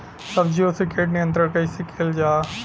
सब्जियों से कीट नियंत्रण कइसे कियल जा?